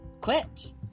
quit